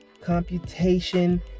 Computation